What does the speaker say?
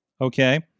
Okay